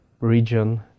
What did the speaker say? region